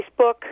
Facebook